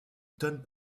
tonnes